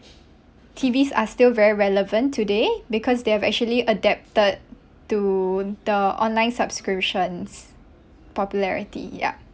T_V are still very relevant today because they have actually adapted to the online subscriptions popularity ya